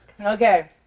Okay